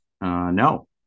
No